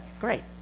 great